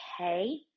okay